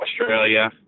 Australia